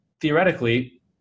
theoretically